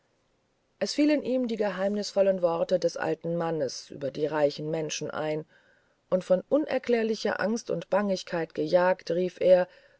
es fielen ihm die geheimnisvollen worte des alten mannes über die reichen menschen ein und von unerklärlicher angst und bangigkeit gejagt rief er